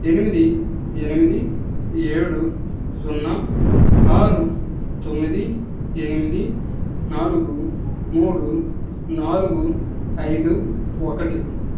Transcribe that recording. ఎనిమిది ఎనిమిది ఏడు సున్నా ఆరు తొమ్మిది ఎనిమిది నాలుగు మూడు నాలుగు ఐదు ఒకటి